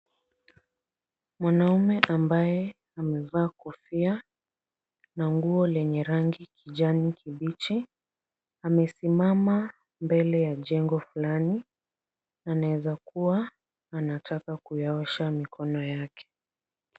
Mwanamume ambaye amevaa kofia na nguo lenye rangi kijani kibichi amesimama mbele ya jengo fulani na inaweza kuwa anataka kuyaosha mikono yake.